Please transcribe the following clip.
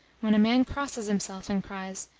when a man crosses himself, and cries,